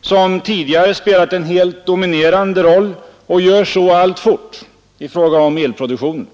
som tidigare spelat en helt dominerande roll — och gör så alltfort — i fråga om elproduktion.